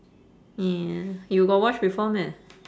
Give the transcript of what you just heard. ya you got watch before meh